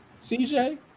CJ